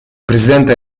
presidente